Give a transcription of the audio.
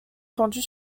pendus